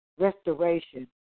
restoration